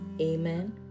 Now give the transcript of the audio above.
Amen